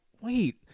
wait